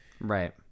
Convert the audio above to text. Right